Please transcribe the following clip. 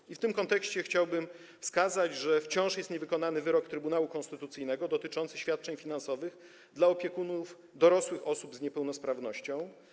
I w tym kontekście chciałbym wskazać, że wciąż niewykonany pozostaje wyrok Trybunału Konstytucyjnego dotyczący świadczeń finansowych dla opiekunów dorosłych osób z niepełnosprawnością.